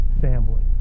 family